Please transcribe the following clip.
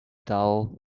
dull